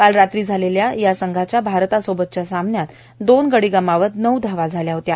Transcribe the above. काल रात्री झालेल्या या संघाच्या भारतासोवतच्या सामन्यात दोन गडी गमावत नऊ धावा केल्या होत्या